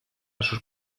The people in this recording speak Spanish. sus